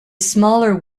smaller